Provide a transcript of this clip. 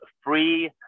free